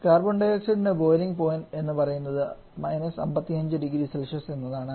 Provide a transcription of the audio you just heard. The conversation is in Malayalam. കാർബൺഡയോക്സൈഡ്ൻറെ ബോയിലിംഗ് പോയിൻറ് എന്ന് പറയുന്നത് 550C എന്നതാണ്